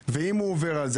ואם הוא עובר על זה?